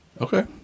Okay